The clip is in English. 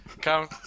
Come